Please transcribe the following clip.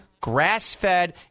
grass-fed